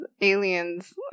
aliens